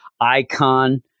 Icon